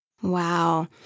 Wow